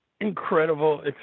incredible